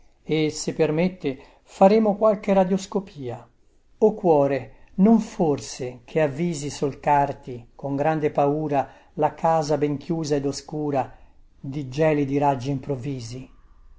e se permette faremo qualche radioscopia ii o cuore non forse che avvisi solcarti con grande paura la casa ben chiusa ed oscura di gelidi raggi improvvisi